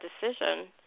decision